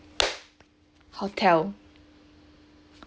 hotel